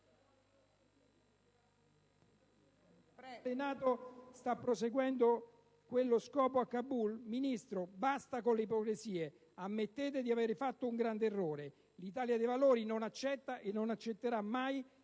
Il Senato sta perseguendo quello scopo a Kabul? Signor Ministro, basta con le ipocrisie. Ammettete di aver fatto un grande errore. L'Italia dei Valori non accetta e non accetterà mai